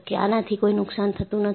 કે આનાથી કોઈ નુકસાન થતું નથી